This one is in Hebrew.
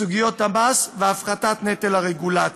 סוגיות המס והפחתת נטל הרגולציה.